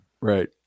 right